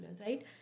right